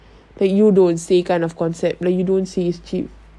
where you don't say kind of concept like you don't say is cheap